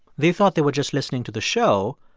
they thought they were just listening to the show,